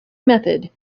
method